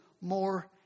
more